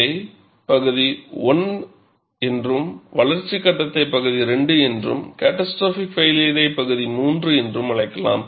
இதை பகுதி 1 என்றும் வளர்ச்சி கட்டத்தை பகுதி 2 என்றும் கேட்டாஸ்ட்ரோபிக் ஃப்பைளியரை பகுதி 3 என்றும் அழைக்கலாம்